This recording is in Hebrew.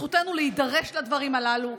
זכותנו להידרש לדברים הללו,